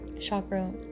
chakra